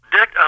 Dick